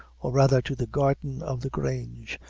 or rather to the garden of the grange,